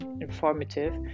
informative